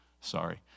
sorry